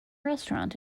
restaurant